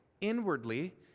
inwardly